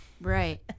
right